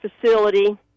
facility